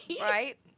right